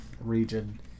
region